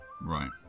Right